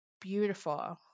beautiful